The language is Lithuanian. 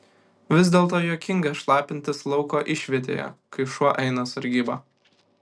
vis dėlto juokinga šlapintis lauko išvietėje kai šuo eina sargybą